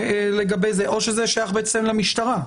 לגבי זה או שזה שייך בעצם למשטרה?